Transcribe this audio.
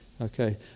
okay